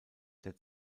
der